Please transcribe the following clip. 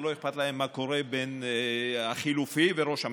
ולא אכפת להם מה קורה בין החילופי לראש הממשלה.